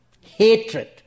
Hatred